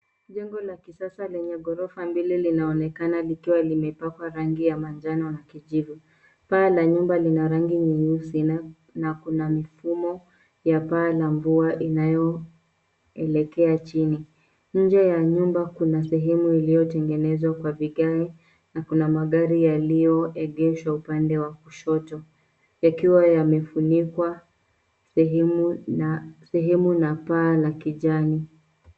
Jengo la kisasa lenye ghorofa mbili linaonekana likiwa limepakwa rangi ya manjano na kijivu. Paa ya la nyumba lina rangi nyeusi na, na kuna mifumo ya paa la mvua inayoelekea chini. Nje ya nyumba kuna sehemu iliyotengenezwa kwa vigae na kuna magari yaliyoegeshwa upande wa kushoto ikiwa yamefunikwa sehemu na paa la kijani.